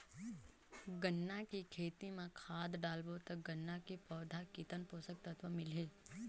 गन्ना के खेती मां खाद डालबो ता गन्ना के पौधा कितन पोषक तत्व मिलही?